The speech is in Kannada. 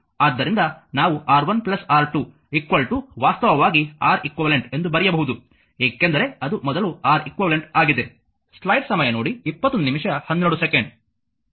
ಆದ್ದರಿಂದ ನಾವು R1 R2 ವಾಸ್ತವವಾಗಿ Req ಎಂದು ಬರೆಯಬಹುದು ಏಕೆಂದರೆ ಅದು ಮೊದಲು Reqಆಗಿದೆ